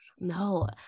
No